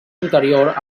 interior